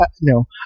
No